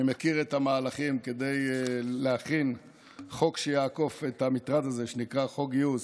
אני מכיר את המהלכים להכין חוק שיעקוף את המטרד הזה שנקרא חוק גיוס.